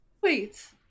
Wait